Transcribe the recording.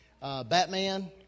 Batman